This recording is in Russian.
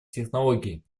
технологий